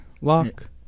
lock